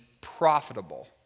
profitable